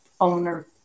owner